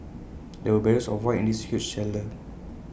there were barrels of wine in this huge cellar